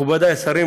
מכובדיי השרים,